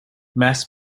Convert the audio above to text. mass